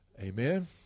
Amen